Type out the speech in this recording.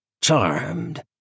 Charmed